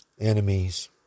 enemies